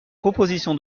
proposition